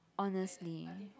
honestly